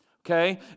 okay